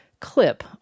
clip